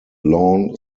lawn